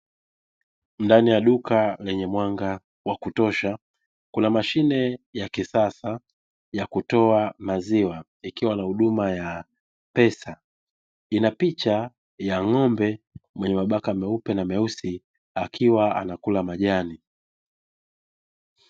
Ndani ya duka lenye mwanga wa kutosha kuna mashine ya kisasa ya kutoa maziwa ikiwa na huduma ya pesa, ina picha ya ng'ombe mwenye mabaka meupe na meusi akiwa anakula majani.